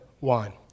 wine